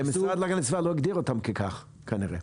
כי המשרד להגנת הסביבה לא הגדיר אותם כך, כנראה.